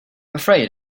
afraid